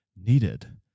needed